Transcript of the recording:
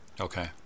Okay